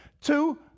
two